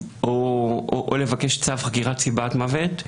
או לבקש צו חקירת סיבת מוות.